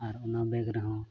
ᱟᱨ ᱚᱱᱟ ᱨᱮᱦᱚᱸ